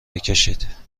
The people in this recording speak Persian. بکشید